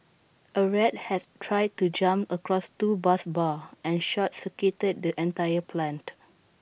A rat had tried to jump across two bus bars and short circuited the entire plant